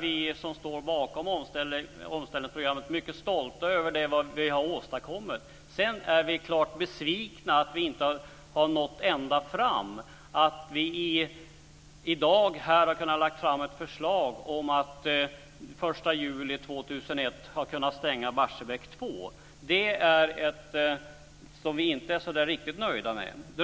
Vi som står bakom omställningsprogrammet är mycket stolta över det som vi har åstadkommit. Sedan är vi klart besvikna över att vi inte har nått ända fram, att vi i dag inte kunde lägga fram ett förslag om att Barsebäck 2 ska vara stängt till den 1 juli 2001. Det är vi inte så nöjda med.